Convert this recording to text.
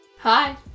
Hi